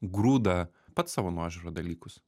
grūda pats savo nuožiūra dalykus